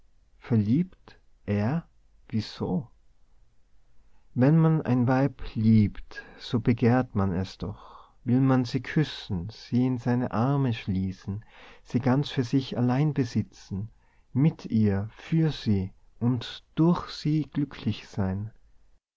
verliebt er wieso wenn man ein weib liebt so begehrt man es doch man will sie küssen sie in seine arme schließen sie ganz für sich allein besitzen mit ihr für sie und durch sie glücklich sein